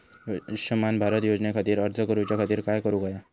आयुष्यमान भारत योजने खातिर अर्ज करूच्या खातिर काय करुक होया?